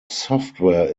software